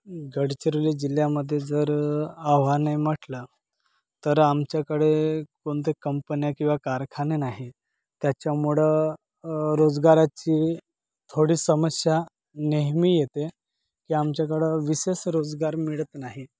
गडचिरोली जिल्ह्यामध्ये जर आव्हाने म्हटलं तर आमच्याकडे कोणत्या कंपन्या किंवा कारखाने नाही त्याच्यामुळं रोजगाराची थोडी समस्या नेहमी येते की आमच्याकडं विशेष रोजगार मिळत नाही